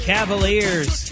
Cavaliers